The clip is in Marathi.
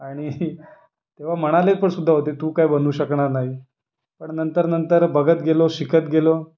आणि तेव्हा म्हणाले पण सुद्धा होते तू काय बनवू शकणार नाही पण नंतर नंतर बघत गेलो शिकत गेलो